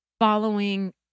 following